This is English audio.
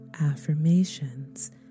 affirmations